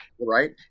Right